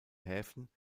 häfen